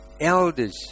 Elders